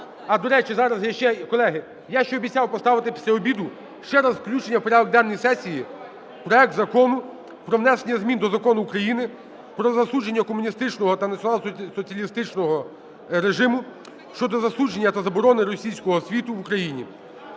я ще, колеги, я ще обіцяв поставити після обіду ще раз включення в порядок денний сесії проект Закону про внесення змін до Закону України "Про засудження комуністичного та націонал-соціалістичного режиму" (щодо засудження та заборони "російського світу" в Україні).